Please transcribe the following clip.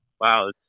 wow